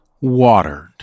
watered